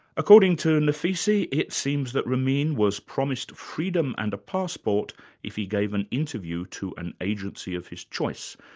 according to nafisi, it seems that ramin was promised freedom and a passport if he gave an interview to an agency of his choice,